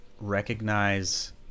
recognize